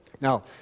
Now